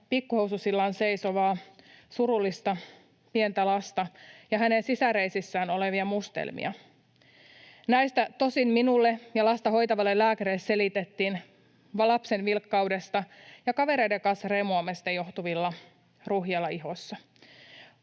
pikkuhoususillaan seisovaa surullista pientä lasta ja hänen sisäreisissään olevia mustelmia. Näistä tosin minulle ja lasta hoitavalle lääkärille selitettiin lapsen vilkkaudesta ja kavereiden kanssa remuamisesta johtuvilla ruhjeilla ihossa.